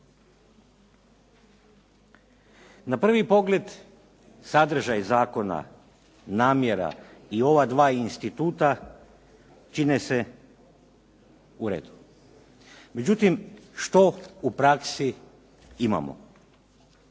Na prvi pogled sadržaj zakon, namjera i ova dva instituta čine se u redu. Međutim, što u praksi imamo?